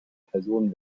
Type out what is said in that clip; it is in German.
personen